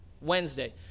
Wednesday